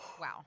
Wow